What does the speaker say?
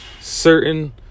certain